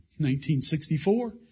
1964